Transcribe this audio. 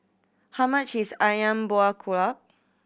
how much is Ayam Buah Keluak